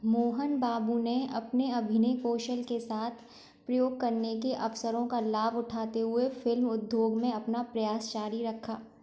मोहन बाबू ने अपने अभिनय कौशल के साथ प्रयोग करने के अवसरों का लाभ उठाते हुए फिल्म उद्योग में अपना प्रयास जारी रखा